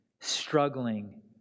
struggling